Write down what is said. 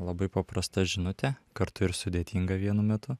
labai paprasta žinutė kartu ir sudėtinga vienu metu